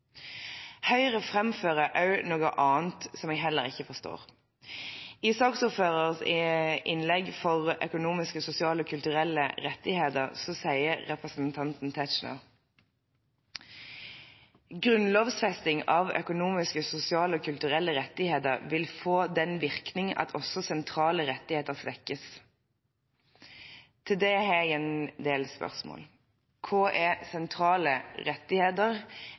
Høyre framfører også noe annet som jeg heller ikke forstår. I saksordførerens innlegg for økonomiske, sosiale og kulturelle rettigheter sier representanten Tetzschner at grunnlovfesting av økonomiske, sosiale og kulturelle rettigheter vil få den virkning at også sentrale rettigheter svekkes. Til det har jeg en del spørsmål: Hva er sentrale rettigheter